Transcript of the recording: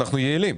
אנחנו יעילים.